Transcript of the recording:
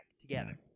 together